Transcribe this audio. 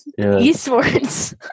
Esports